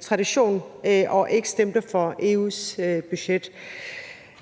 tradition og ikke stemte for EU's budget.